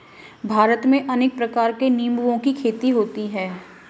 भारत में अनेक प्रकार के निंबुओं की खेती होती है